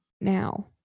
now